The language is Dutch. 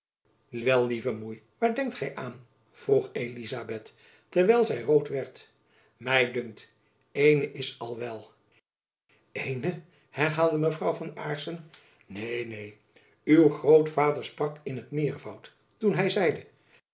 wel lieve moei waar denkt gy aan vroeg elizabeth terwijl zy rood werd my dunkt eene is al wel eene herhaalde mevrouw aarssen neen neen uw grootvader sprak in t meervoud toen hy zeide